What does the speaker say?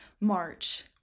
March